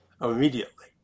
immediately